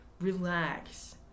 Relax